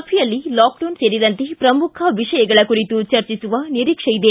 ಸಭೆಯಲ್ಲಿ ಲಾಕ್ಡೌನ್ ಸೇರಿದಂತೆ ಪ್ರಮುಖ ವಿಷಯಗಳ ಕುರಿತು ಚರ್ಚಿಸುವ ನಿರೀಕ್ಷೆಯಿದೆ